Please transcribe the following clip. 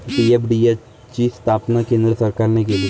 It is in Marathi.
पी.एफ.डी.एफ ची स्थापना केंद्र सरकारने केली